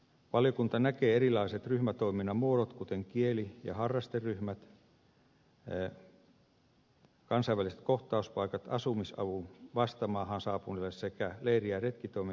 valiokunta näkee erilaiset ryhmätoiminnan muodot kuten kieli ja harrasteryhmät kansainväliset kohtauspaikat asumisavun vasta maahan saapuneille sekä leiri ja retkitoimen järjestämisen tärkeinä